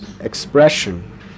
expression